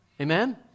Amen